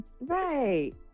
Right